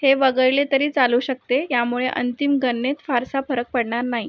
हे वगळले तरी चालू शकते यामुळे अंतिम गणनेत फारसा फरक पडणार नाही